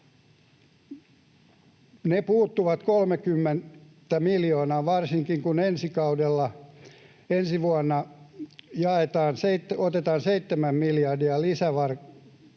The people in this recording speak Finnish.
Se puuttuva 30 miljoonaa, varsinkin kun ensi vuonna otetaan 7 miljardia lisävelkaa,